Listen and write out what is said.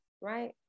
right